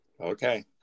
Okay